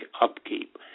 upkeep